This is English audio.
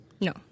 no